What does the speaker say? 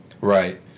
Right